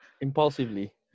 Impulsively